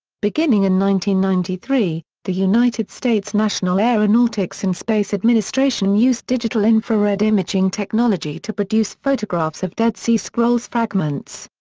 and ninety ninety three, the united states national aeronautics and space administration used digital infrared imaging technology to produce photographs of dead sea scrolls fragments.